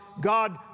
God